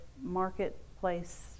marketplace